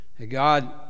God